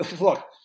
Look